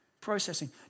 processing